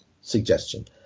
suggestion